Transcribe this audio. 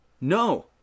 No